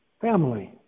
family